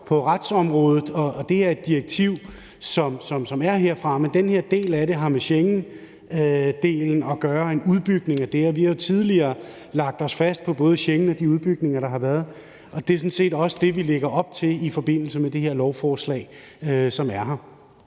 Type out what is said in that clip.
på retsområdet, og det her er et direktiv, som er derfra, men den her del af det har med Schengendelen at gøre; det er en udbygning af det. Vi har jo tidligere lagt os fast på både Schengen og de udbygninger, der har været, og det er sådan set også det, vi lægger op til i forbindelse med det her lovforslag, som er her